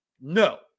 No